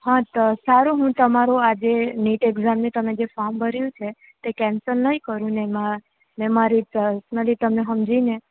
હ તો સારું હું તમારું આજે નીટ એકઝામનું તમે જે ફોર્મ ભર્યું છે તે કેન્સલ નહીં કરું ને એમાં મારી પ્રર્સનલી તમે હમજીને